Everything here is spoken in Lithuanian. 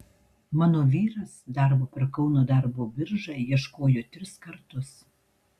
mano vyras darbo per kauno darbo biržą ieškojo tris kartus